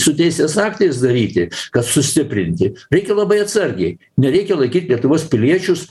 su teisės aktais daryti kad sustiprinti reikia labai atsargiai nereikia laikyt lietuvos piliečius